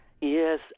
yes